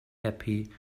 happy